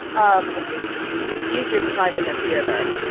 um it's easier to find in the theater.